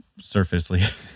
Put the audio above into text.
surfacely